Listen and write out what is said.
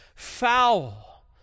Foul